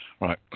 right